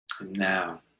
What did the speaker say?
Now